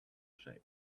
shaped